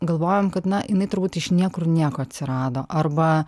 galvojam kad na jinai turbūt iš niekur nieko atsirado arba